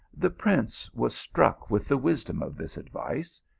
the prince was struck with the wisdom of this advice,